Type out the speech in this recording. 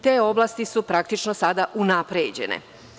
Te oblasti su praktično sada unapređene.